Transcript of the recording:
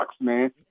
man